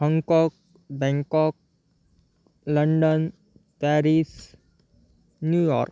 Hong Kong Bangkok London Paris New York